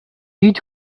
need